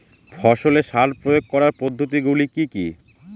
ফসলে সার প্রয়োগ করার পদ্ধতি গুলি কি কী?